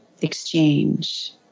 exchange